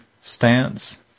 stance